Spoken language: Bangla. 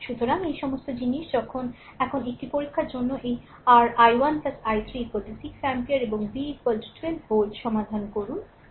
সুতরাং এই সমস্ত জিনিস এখন একটি পরীক্ষার জন্য এই r i1 i3 6 অ্যাম্পিয়ার এবং v 12 ভোল্ট সমাধান করুন